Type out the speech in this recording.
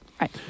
Right